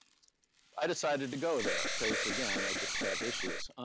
i decided to go there because, again, i just have issues.